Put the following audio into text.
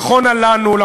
נכונה לנו,